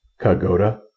Kagoda